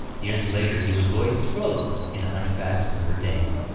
years later he would voice frollo in the hunchback of notre dame.